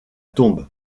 tombe